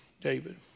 David